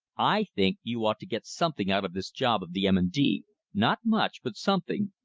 i think you ought to get something out of this job of the m. and d not much, but something.